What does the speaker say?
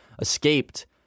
escaped